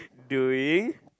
doing